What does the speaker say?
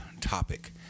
topic